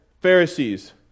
Pharisees